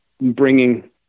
bringing